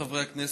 חברי הכנסת,